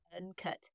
Uncut